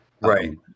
right